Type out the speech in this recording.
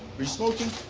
be smoking